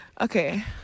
Okay